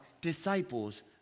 disciples